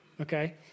Okay